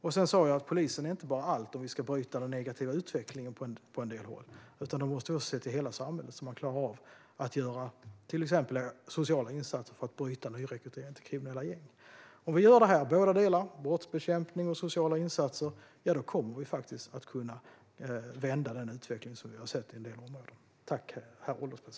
Jag sa också att polisen inte är allt om vi ska bryta den negativa utvecklingen på en del håll, utan då måste vi också se till hela samhället så att man klarar av att göra till exempel sociala insatser för att bryta nyrekryteringen till kriminella gäng. Om vi gör båda dessa delar - brottsbekämpning och sociala insatser - kommer vi faktiskt att kunna vända den utveckling som vi har sett i en del områden.